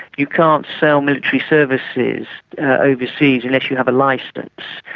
you can't sell military services overseas unless you have a licence.